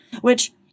Which-